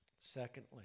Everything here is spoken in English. Secondly